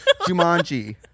Jumanji